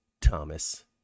Thomas